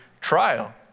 trial